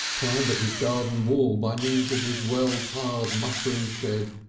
clambered his garden wall by means of his well-tarred mushroom shed,